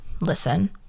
listen